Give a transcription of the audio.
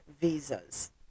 visas